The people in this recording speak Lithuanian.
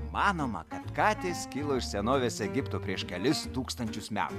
manoma kad katės kilo iš senovės egipto prieš kelis tūkstančius metų